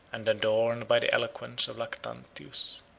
and adorned by the eloquence of lactantius.